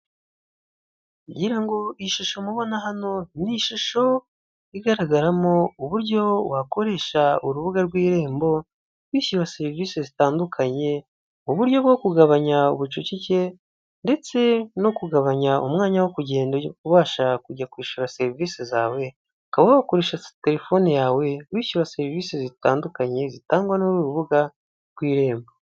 Ngira ngo ishusho mubona hano ni ishusho igaragaramo uburyo wakoresha urubuga rw' irembo, wishyura serivisi zitandukanye. Uburyo bwo kugabanya ubucucike ndetse no kugabanya umwanya wo kugenda ubasha kujya kwishyura serivisi zawe, ukaba wakoresha telefone yawe, wishyuwe serivisi zitandukanye zitangwa n'uru rubuga rw' irembo.